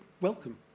welcome